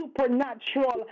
supernatural